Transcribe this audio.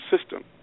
system